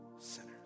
sinners